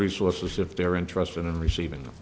resources if they're interested in receiving item